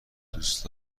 دوست